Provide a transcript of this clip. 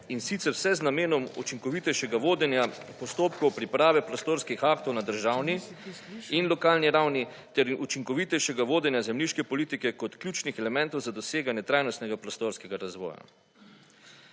in sicer vse z namenom učinkovitejšega vodenja postopkov priprave prostorskih aktov na državni in lokalni ravni ter učinkovitejšega vodenja zemljiške politike kot ključnih elementov za dosegaje trajnostnega prostorskega razvoja.